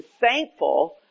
thankful